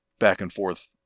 back-and-forth